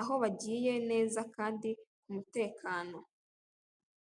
aho bagiye neza kandi mu mutekano.